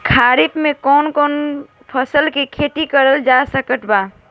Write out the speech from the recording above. खरीफ मे कौन कौन फसल के खेती करल जा सकत बा?